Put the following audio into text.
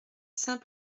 saint